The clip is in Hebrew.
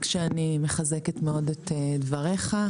רק שאני מחזקת מאוד את דבריך.